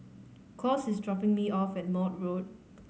Claus is dropping me off at Maude Road